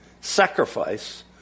sacrifice